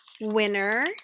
winner